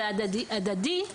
זה הדדי,